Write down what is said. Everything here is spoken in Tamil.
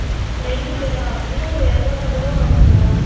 ரெண்டு பேரா அப்படின்னா ஒரு இரநூத்தம்பது ரூபா ஆகும்டா